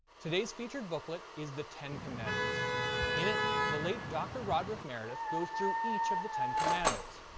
today's featured booklet is the ten commandments in it, the late dr. roderick meredith goes through each of the ten commandments,